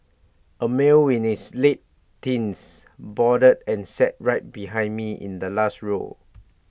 A male in his late teens boarded and sat right behind me in the last row